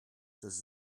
does